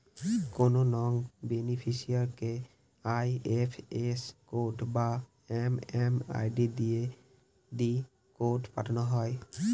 কোনো নন বেনিফিসিরইকে IFS code বা এম.এম.আই.ডি কোড পাঠানো হয়